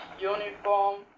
uniform